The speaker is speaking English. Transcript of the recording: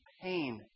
pain